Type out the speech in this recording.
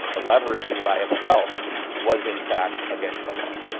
the leveraging by itself was in fact against the law.